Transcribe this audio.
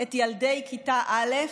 את ילדי כיתה א'